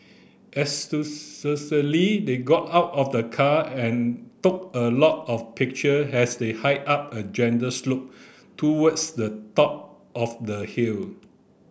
they got out of the car and took a lot of picture as they hiked up a gentle slope towards the top of the hill